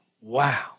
Wow